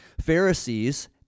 Pharisees